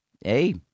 hey